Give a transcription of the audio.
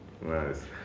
Nice